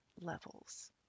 levels